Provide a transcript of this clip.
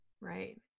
Right